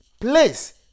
place